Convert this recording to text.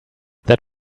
that